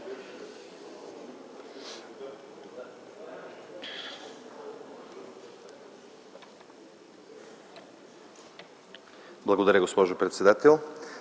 Благодаря, госпожо председател.